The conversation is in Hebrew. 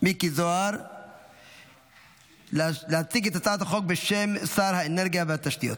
בוועדת הכספים לצורך הכנתה לקריאה השנייה והשלישית.